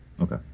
Okay